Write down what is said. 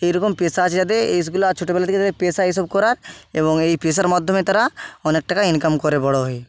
এই রকম পেশা আছে যাতে এইসগুলা ছোটোবেলা থেকে তাদের পেশা এসব করার এবং এই পেশার মাধ্যমে তারা অনেক টাকা ইনকাম করে বড়ো হয়ে